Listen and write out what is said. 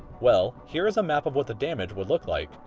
well, here's a map of what the damage would look like.